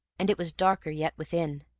and it was darker yet within.